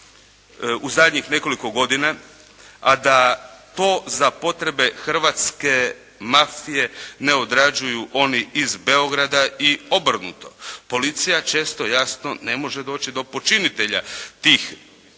u zadnjih nekoliko godina, a da to za potrebe hrvatske mafije ne odrađuju oni Beograda i obrnuto. Policija često jasno ne može doći do počinitelja tih